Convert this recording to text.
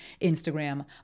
Instagram